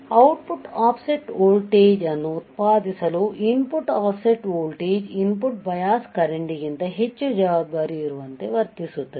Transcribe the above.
output offset voltage ಅನ್ನು ಉತ್ಪಾದಿಸಲು input offset voltage input bias current ಗಿಂತ ಹೆಚ್ಚು ಜವಾಬ್ದಾರಿ ಇರುವಂತೆ ವರ್ತಿಸುತ್ತದೆ